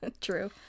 true